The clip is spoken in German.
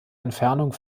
entfernung